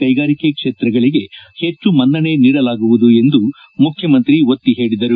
ಕೈಗಾರಿಕೆ ಕ್ಷೇತ್ರಗಳಿಗೆ ಹೆಚ್ಚು ಮನ್ನಣೆ ನೀಡಲಾಗುವುದು ಎಂದು ಮುಖ್ಯಮಂತ್ರಿ ಒತ್ತಿ ಹೇಳಿದರು